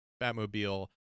Batmobile